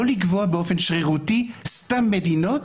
לא לקבוע באופן שרירותי סתם מדינות.